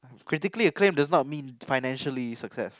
critically acclaimed does not mean financially success